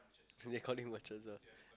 so they calling merchants ah